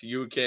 UK